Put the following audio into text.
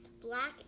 black